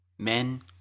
Men